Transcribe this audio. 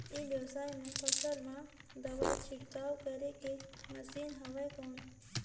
ई व्यवसाय म फसल मा दवाई छिड़काव करे के मशीन हवय कौन?